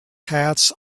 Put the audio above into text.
hats